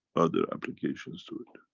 other applications to it.